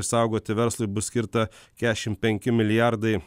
išsaugoti verslui bus skirta kešim penki milijardai